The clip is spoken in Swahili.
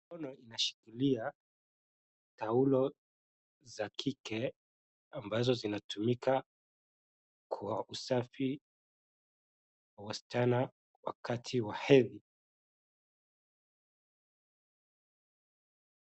Mkono inashikilia taulo za kike ambazo zinatumika kwa usafi wa wasichana wakati wa hedhi.